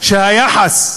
שהיחס הגזעני,